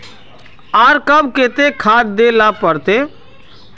आर कब केते खाद दे ला पड़तऐ?